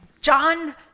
John